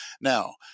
Now